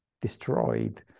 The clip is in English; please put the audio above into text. destroyed